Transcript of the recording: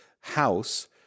house